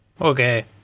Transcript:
okay